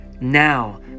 Now